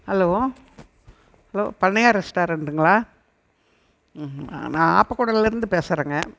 hello hello Pannaiyar ரெஸ்ட்டாரண்ட்டுங்களா நான் ஆப்பக்கூடல்லேருந்து பேசுகிறேங்க